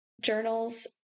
journals